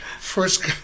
first